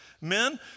Men